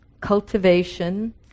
cultivation